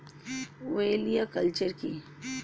ওলেরিয়া কালচার কি?